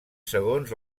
segons